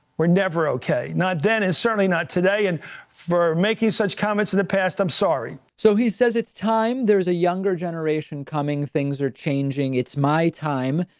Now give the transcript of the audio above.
we're never. okay, not then is certainly not today, and for making such comments in the past, i'm sorry. so he says it's time. there's a younger generation coming things are changing. it's my time.